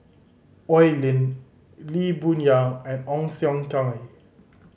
Oi Lin Lee Boon Yang and Ong Siong Kai